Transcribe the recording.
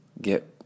get